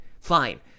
Fine